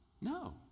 No